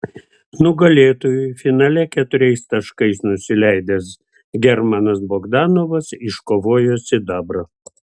nugalėtojui finale keturiais taškais nusileidęs germanas bogdanovas iškovojo sidabrą